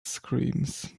screams